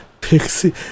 Pixie